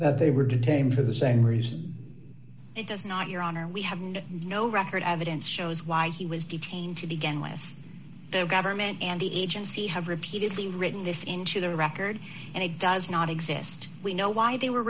that they were detained for the same reason it does not your honor we have no record evidence shows why he was detained to begin with the government and the agency have repeatedly written this into the record and it does not exist we know why they were